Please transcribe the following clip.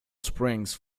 springs